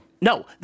No